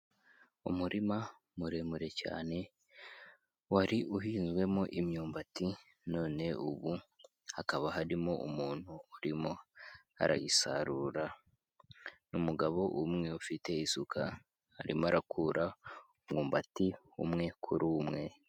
Umurima muremure cyane, wari uhinzwemo imyumbati none ubu hakaba harimo umuntu urimo arayisarura, ni umugabo umwe ufite isuka arimo arakura umwumbati umwe kuri umwe.